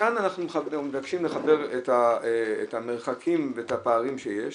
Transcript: כאן אנחנו מבקשים לחבר את המרחקים ואת הפערים שיש.